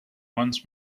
wants